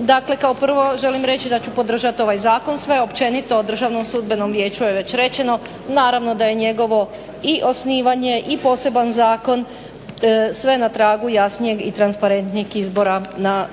Dakle kao prvo želim reći da ću podržati ovaj zakon, sve općenito o Državnom sudbenom vijeću je već rečeno. Naravno da je njegovo i osnivanje i poseban zakon sve na tragu jasnijeg i transparentnijeg izbora na